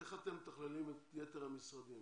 איך אתם מתכללים את יתר המשרדים?